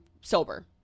sober